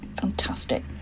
Fantastic